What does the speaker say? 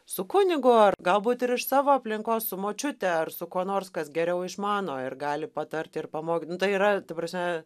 su kunigu ar galbūt ir iš savo aplinkos su močiute ar su kuo nors kas geriau išmano ir gali patarti ir pamoky nu tai yra ta prasme